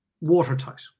watertight